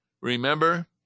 Remember